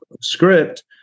script